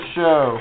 Show